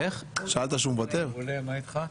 כן,